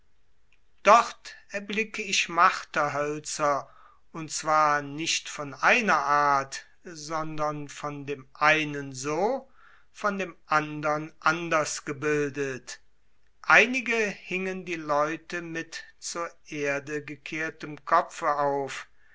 dort erblicke ich marterhölzer und zwar nicht von einer art sondern von dem einen so von dem andern anders gebildet einige hingen die leute mit zur erde gekehrtem kopfe auf